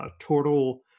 total